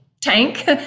tank